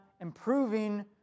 improving